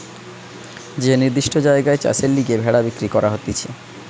যে নির্দিষ্ট জায়গায় চাষের লিগে ভেড়া বিক্রি করা হতিছে